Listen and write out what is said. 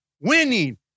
winning